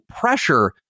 pressure